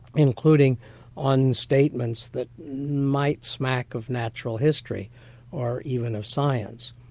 including on statements that might smack of natural history or even of science.